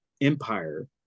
empire